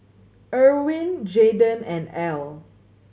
Ervin Jayden and Al